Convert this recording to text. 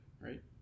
right